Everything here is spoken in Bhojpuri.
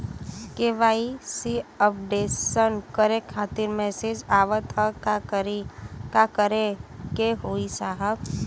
के.वाइ.सी अपडेशन करें खातिर मैसेज आवत ह का करे के होई साहब?